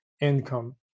income